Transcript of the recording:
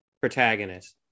protagonist